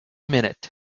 minute